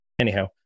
anyhow